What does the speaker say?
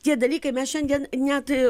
tie dalykai mes šiandien net